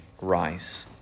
rise